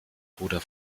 bruder